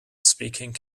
speaking